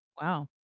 Wow